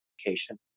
education